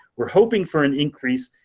we're hoping for an increase.